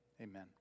amen